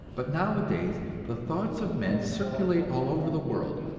but nowadays the thoughts of men circulate all over the world,